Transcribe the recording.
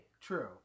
True